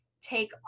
take